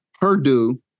Purdue